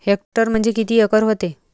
Hectare म्हणजे किती acre व्हते?